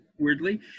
Weirdly